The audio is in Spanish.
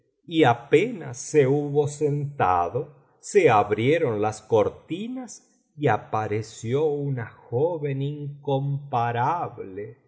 y apenas se hubo sentado se abrieron las cortinas y apareció una joven incomparable